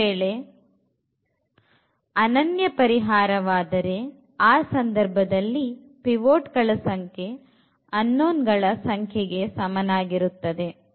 ಒಂದು ವೇಳೆ ಅನನ್ಯ ಪರಿಹಾರವಾದರೆ ಆ ಸಂದರ್ಭದಲ್ಲಿ ಪಿವೋಟ್ ಗಳ ಸಂಖ್ಯೆ unknown ಗಳ ಸಂಖ್ಯೆಗೆ ಸಮನಾಗಿರುತ್ತದೆ